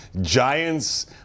giants